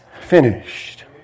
finished